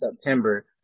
September